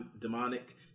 demonic